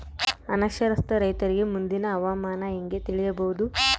ಅನಕ್ಷರಸ್ಥ ರೈತರಿಗೆ ಮುಂದಿನ ಹವಾಮಾನ ಹೆಂಗೆ ತಿಳಿಯಬಹುದು?